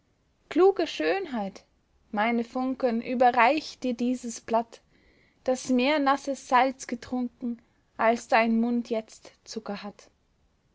kluge schönheit meine funken überreicht dir dieses blatt das mehr nasses salz getrunken als dein mund jetzt zucker hat